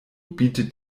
bietet